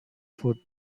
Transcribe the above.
food